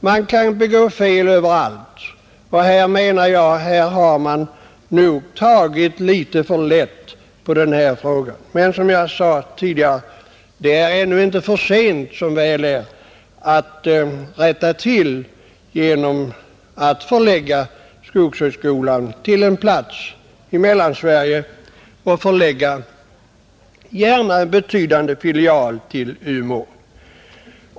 Man kan begå fel överallt, och jag menar att man nog har tagit litet för lätt på denna fråga. Men, som jag sade tidigare, det är som väl är ännu inte för sent att rätta till det misstaget genom att förlägga skogshögskolan till en plats i Mellansverige och upprätta en gärna betydande filial i Umeå.